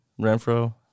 Renfro